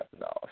no